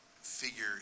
figure